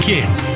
Kids